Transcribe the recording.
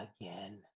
again